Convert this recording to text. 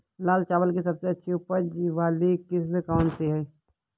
लाल चावल की सबसे अच्छी उपज वाली किश्त कौन सी है?